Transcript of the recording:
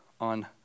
on